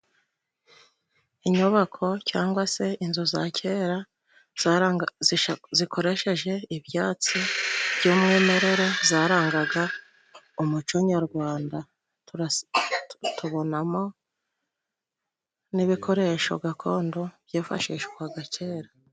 Inyubako cyangwa se inzu za kera zikoresheje ibyatsi by'umwimerere zarangaga umuco nyarwanda, tubonamo n'ibikoresho gakondo byifashishwaga kera.